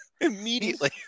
Immediately